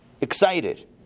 excited